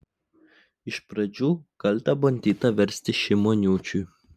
iš pradžių kaltę bandyta versti šimoniūčiui